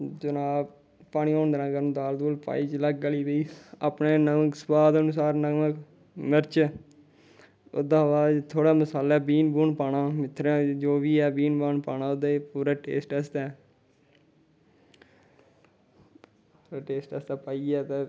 जनाब पानी होन देना गरम दाल दूल पाई जेल्लै गली पेई अपने नमक सोआद अनुसार नमक मर्च ओह्दे शा बाद थोह्ड़ा मसाला बीह्न बून पाना मेथरे जो बी है मसाला बीह्न बून पाना ओह्दे च पूरा टेस्ट आस्तै फिर टेस्ट आस्तै पाइयै ते